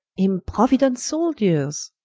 improuident souldiors,